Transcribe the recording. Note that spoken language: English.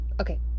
okay